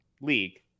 league